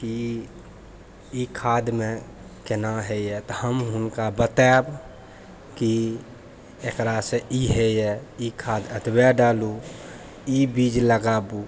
ई खादमे केना होइए तऽ हम हुनका बतायब कि एकरासँ ई होइए ई खाद एतबा डालू ई बीज लगाबू